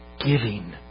giving